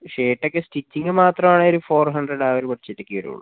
shirt ഒക്കെ stitching മാത്രമാണെങ്കിൽ ഒരു ഫോർ ഹൺഡ്രഡ് ആ ഒരു ബഡ്ജറ്റ് ഒക്കെ വരുള്ളൂ